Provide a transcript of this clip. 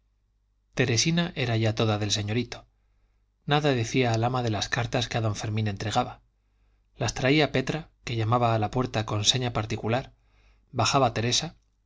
teresina era ya toda del señorito nada decía al ama de las cartas que a don fermín entregaba las traía petra que llamaba a la puerta con seña particular bajaba teresa